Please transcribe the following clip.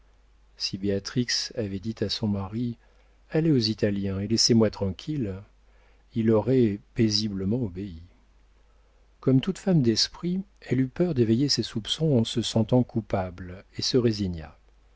si béatrix avait dit à son mari allez aux italiens et laissez-moi tranquille il aurait paisiblement obéi comme toute femme d'esprit elle eut peur d'éveiller ses soupçons en se sentant coupable et se résigna